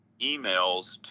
emails